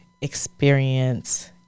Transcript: experience